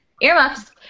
earmuffs